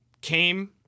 came